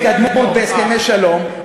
והם יתקדמו בהסכמי שלום,